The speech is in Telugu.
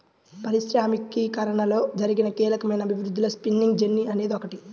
పారిశ్రామికీకరణలో జరిగిన కీలకమైన అభివృద్ధిలో స్పిన్నింగ్ జెన్నీ అనేది ఒకటి